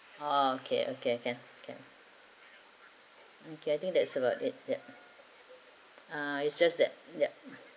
okay okay can can mm I think that's about it ah it's just that yup